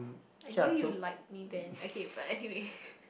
I knew you like me then okay but anyway